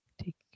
take